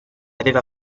aveva